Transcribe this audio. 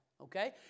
okay